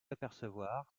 apercevoir